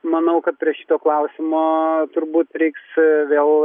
manau kad prie šito klausimo turbūt reiks vėl